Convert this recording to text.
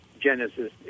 Genesis